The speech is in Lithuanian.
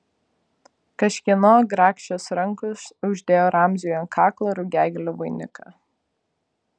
kažkieno grakščios rankos uždėjo ramziui ant kaklo rugiagėlių vainiką